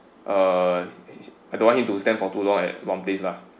ah I don't want him to stand for too long at one place lah